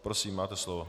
Prosím, máte slovo.